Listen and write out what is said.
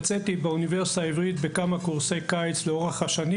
לאורך השנים